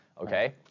okay